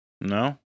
No